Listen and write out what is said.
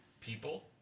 People